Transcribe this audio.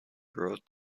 growth